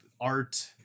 art